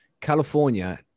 California